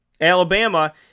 Alabama